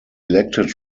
elected